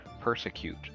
persecute